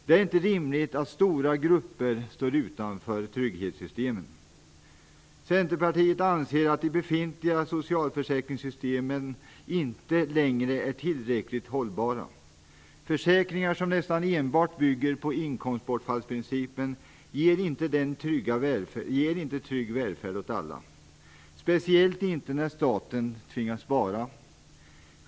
Det är inte rimligt att stora grupper står utanför trygghetssystemen. Centerpartiet anser att de befintliga socialförsäkringssystemen inte längre är tillräckligt hållbara. Försäkringar som nästan enbart bygger på inkomstbortfallsprincipen ger inte trygg välfärd åt alla, speciellt inte när staten tvingas spara.